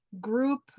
group